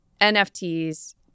nfts